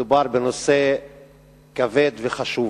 מדובר בנושא כבד וחשוב.